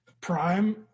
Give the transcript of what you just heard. Prime